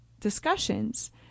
discussions